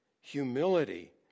humility